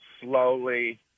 slowly